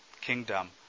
kingdom